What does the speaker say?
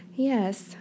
Yes